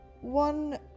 one